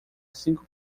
cinco